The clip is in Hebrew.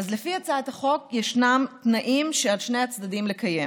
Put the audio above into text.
לפי הצעת החוק ישנם תנאים שעל שני הצדדים לקיים: